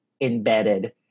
embedded